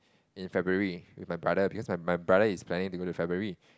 in February with my brother because my my brother is planning to go to February